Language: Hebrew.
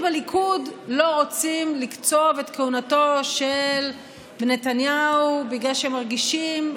שבליכוד לא רוצים לקצוב את כהונתו של נתניהו בגלל שהם מרגישים,